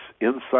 insight